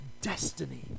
destiny